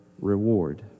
reward